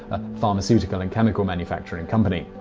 a pharmaceutical and chemicals manufacturer and company.